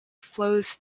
flows